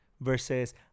versus